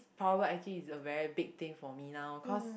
private actually is a very big thing for me now cause